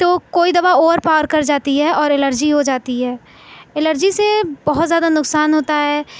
تو کوئی دوا اوور پاور کر جاتی ہے اور الرجی ہو جاتی ہے الرجی سے بہت زیادہ نقصان ہوتا ہے